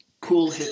cool